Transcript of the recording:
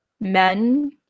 men